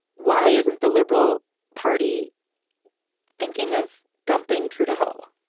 why isn't the liberal party thinking of dumping trudeau